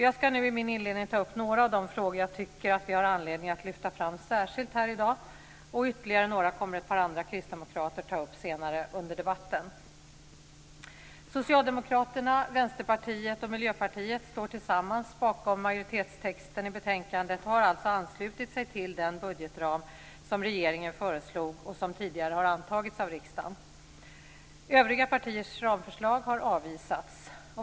Jag ska nu i min inledning ta upp några av de frågor jag tycker att vi har anledning att lyfta fram särskilt här i dag, och ytterligare några frågor kommer ett par andra kristdemokrater att ta upp senare under debatten. Socialdemokraterna, Vänsterpartiet och Miljöpartiet står tillsammans bakom majoritetstexten i betänkandet och har alltså anslutit sig till den budgetram som regeringen föreslog och som tidigare har antagits av riksdagen. Övriga partiers ramförslag har avvisats.